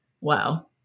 wow